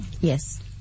Yes